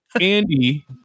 Andy